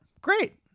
Great